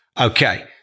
Okay